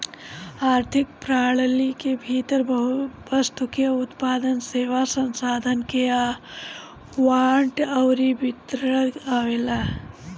आर्थिक प्रणाली के भीतर वस्तु के उत्पादन, सेवा, संसाधन के आवंटन अउरी वितरण आवेला